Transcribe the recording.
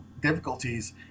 difficulties